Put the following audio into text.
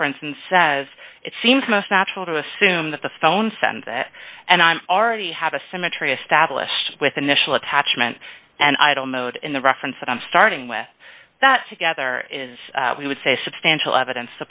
reference and says it seems most natural to assume that the phone sends it and i already have a symmetry established with an initial attachment and idle mode in the reference that i'm starting with that together is we would say substantial evidence